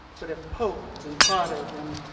but have poked and prodded and.